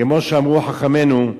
כמו שאמרו חכמינו,